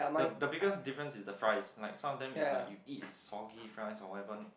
the the biggest difference is the fries like some of them is like you eat is soggy fries or whatever